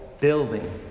building